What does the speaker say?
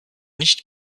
nicht